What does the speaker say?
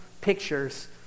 pictures